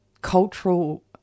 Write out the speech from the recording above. cultural